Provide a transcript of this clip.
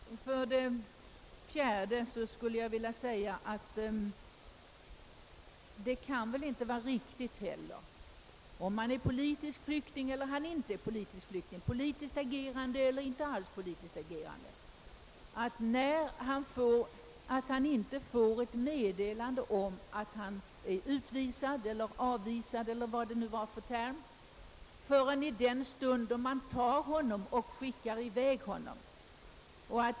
Det kan väl heller inte vara riktigt, oavsett om vederbörande är politisk flykting eller inte, politiskt agerande eler inte, att han inte får ett meddelande om att han är utvisad eller avvisad — jag vet inte vilken term som användes — förrän i den stund då han skickas i väg.